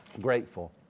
grateful